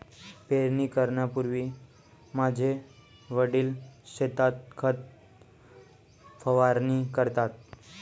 पेरणी करण्यापूर्वी माझे वडील शेतात खत फवारणी करतात